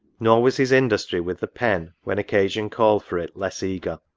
nor was his industry with the pen, when occasion called for it, less eager.